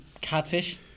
catfish